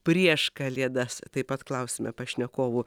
prieš kalėdas taip pat klausiame pašnekovų